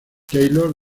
taylor